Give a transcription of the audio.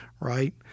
right